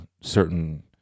certain